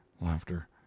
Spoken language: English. laughter